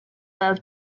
love